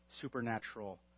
supernatural